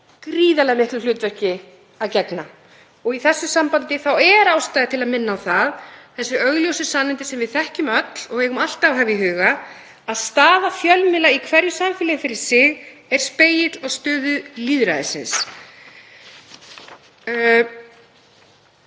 gríðarlega miklu hlutverki að gegna. Í því sambandi er ástæða til að minna á þau augljósu sannindi sem við þekkjum öll, og eigum alltaf að hafa í huga, að staða fjölmiðla í hverju samfélagi fyrir sig er spegill á stöðu lýðræðisins. Vegna